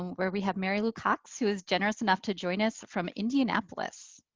um where we have mary lou cox who is generous enough to join us from indianapolis.